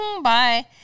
bye